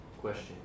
question